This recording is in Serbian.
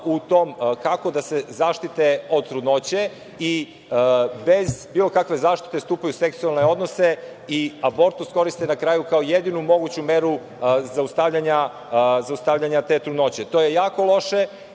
puno kako da se zaštite od trudnoće i bez bilo kakve zaštite stupaju u seksualne odnose i abortus koriste na kraju, kao jedinu moguću meru zaustavljanja te trudnoće. To je jako loše,